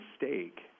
mistake